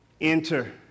Enter